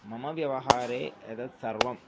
मम व्यवहारे एतत् सर्वम्